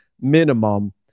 minimum